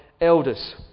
elders